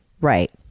Right